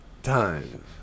Time